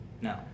no